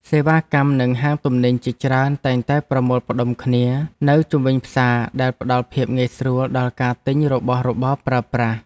សេវាកម្ម និងហាងទំនិញជាច្រើនតែងតែប្រមូលផ្តុំគ្នានៅជុំវិញផ្សារដែលផ្តល់ភាពងាយស្រួលដល់ការទិញរបស់របរប្រើប្រាស់។